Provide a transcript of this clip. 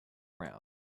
round